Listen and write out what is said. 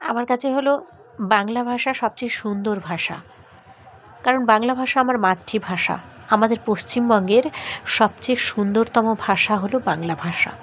আমার কাছে হলো বাংলা ভাষা সবচেয়ে সুন্দর ভাষা কারণ বাংলা ভাষা আমার মাতৃভাষা আমাদের পশ্চিমবঙ্গের সবচেয়ে সুন্দরতম ভাষা হল বাংলা ভাষা